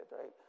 right